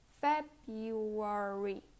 February